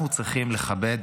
אנחנו צריכים לכבד